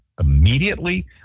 immediately